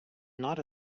not